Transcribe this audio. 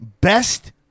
best